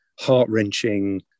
heart-wrenching